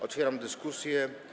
Otwieram dyskusję.